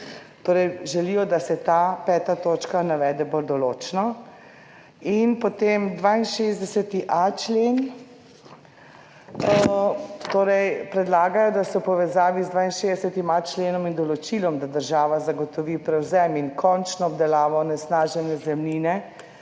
želijo, da se ta 5. točka navede bolj določno. In potem 62.a člen, torej predlagajo, da se v povezavi z 62.a členom in določilom, da država zagotovi prevzem in končno obdelavo onesnažene zemljine